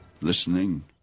listening